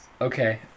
Okay